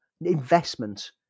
investment